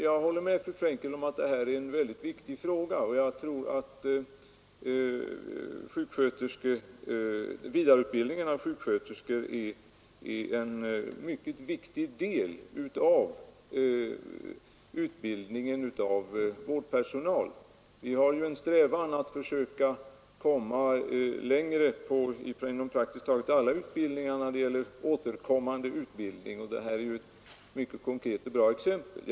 Sedan håller jag med fru Frenkel om att detta är en mycket viktig fråga, och vidareutbildningen av sjuksköterskor är en väsentlig del av utbildningen av vårdpersonal. Vår strävan är också att genom återkommande utbildning nå längre inom praktiskt taget all utbildningsverksamhet, och detta är ett konkret och mycket bra exempel på det.